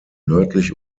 nördlich